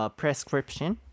prescription